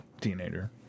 Teenager